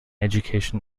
education